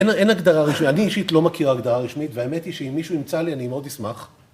‫אין הגדרה רשמית, אני אישית ‫לא מכיר הגדרה רשמית, ‫והאמת היא שאם מישהו ימצא לי ‫אני מאוד אשמח.